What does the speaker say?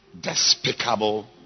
despicable